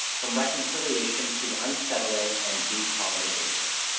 from reconciliation to unsettling and decolonization.